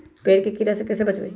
पेड़ के कीड़ा से कैसे बचबई?